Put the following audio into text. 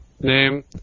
name